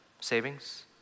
Savings